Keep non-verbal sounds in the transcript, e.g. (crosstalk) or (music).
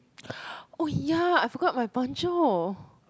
(breath) oh ya I forgot my poncho